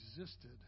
existed